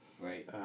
Right